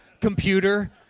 computer